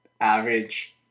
average